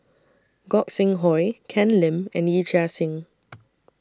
Gog Sing Hooi Ken Lim and Yee Chia Hsing